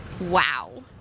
Wow